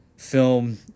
film